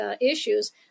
issues